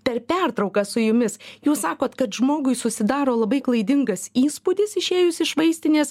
per pertrauką su jumis jūs sakot kad žmogui susidaro labai klaidingas įspūdis išėjus iš vaistinės